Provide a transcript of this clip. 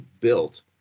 built